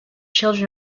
children